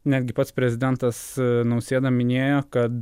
netgi pats prezidentas nausėda minėjo kad